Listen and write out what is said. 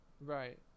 right